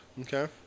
Okay